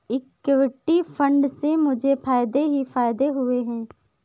equity fund से मुझे फ़ायदे ही फ़ायदे हुए हैं